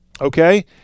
okay